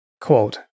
Quote